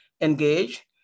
engage